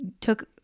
took